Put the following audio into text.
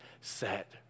set